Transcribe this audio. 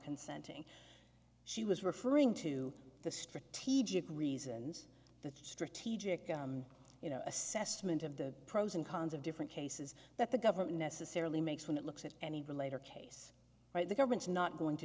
consenting she was referring to the strategic reasons the strategic you know assessment of the pros and cons of different cases that the government necessarily makes when it looks at any relator case right the government is not going to